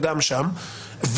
וגם שם,